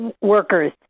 workers